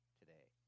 today